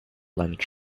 lunch